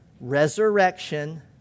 Resurrection